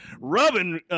Rubbing